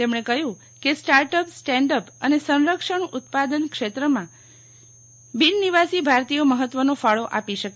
તેમણે કહ્યું કે સ્ટાર્ટઅપ સ્ટેન્ડ અપ અને સંરક્ષણ ઉત્પાદન ક્ષેત્રમાં બિનનિવાસી ભારતીયો મહત્વનો ફાળો આપી શકે